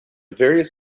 various